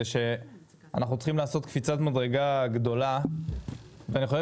שאנחנו צריכים לעשות קפיצת מדרגה גדולה ואני חושב